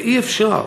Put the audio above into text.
ואי-אפשר,